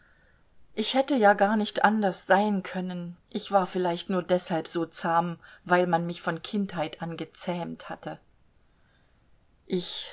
ich hätte ja gar nicht anders sein können ich war vielleicht nur deshalb so zahm weil man mich von kindheit an gezähmt hatte ich